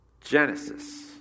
Genesis